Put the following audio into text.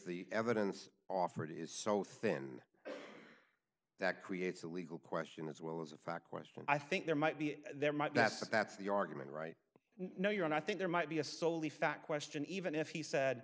the evidence offered is so thin that creates a legal question as well as a fact question i think there might be there might that's that's the argument right no you and i think there might be a soul the fact question even if he said